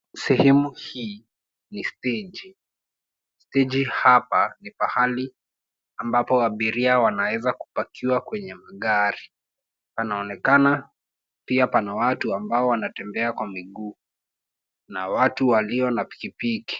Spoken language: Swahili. Sehemu hii ni steji, steji hapa ni pahali ambapo abiria wanaweza kupakiwa kwenye magari. Panaonekana pia pana watu ambao wanaotembea kwa miguu na watu walio na pikipiki.